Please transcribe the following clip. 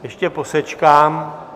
Ještě posečkám.